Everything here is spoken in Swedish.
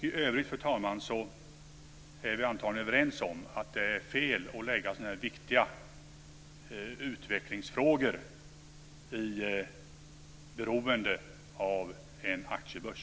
I övrigt, fru talman, är vi antagligen överens om att det är fel att så att säga lägga så här viktiga utvecklingsfrågor i beroende av en aktiebörs.